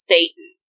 Satan